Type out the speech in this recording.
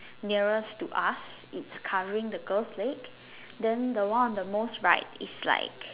nearest to us is covering the girl's leg then the one on the most right is like